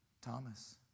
Thomas